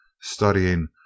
studying